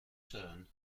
turn